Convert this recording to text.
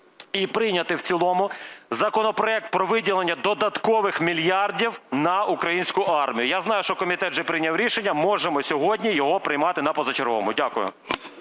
і прийняти в цілому законопроект про виділення додаткових мільярдів на українську армію. Я знаю, що комітет вже прийняв рішення, можемо сьогодні його приймати на позачерговому. Дякую.